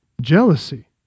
Jealousy